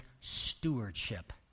stewardship